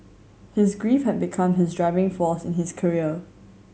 his grief had become his driving force in his career